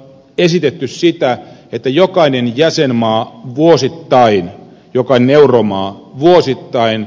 on esitetty sitä että jokainen jäsenmaa vuosittain jokainen euromaa vuosittain